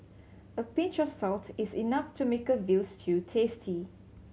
a pinch of salt is enough to make a veal stew tasty